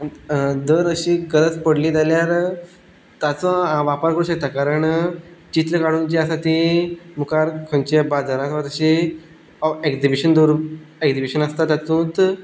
धर अशी गरज पडली जाल्यार ताचो हांव वापर करूंक शकता कारण चित्र काडूंक जीं आसा ती मुखार खंयचे बाजारांत वचशी वा एक्झीबीशन दवरून एक्जीपबीशन आसता तातूंत